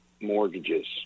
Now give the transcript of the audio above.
mortgages